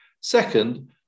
Second